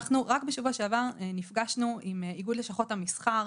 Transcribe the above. רק בשבוע שעבר נפגשנו עם איגוד לשכות המסחר,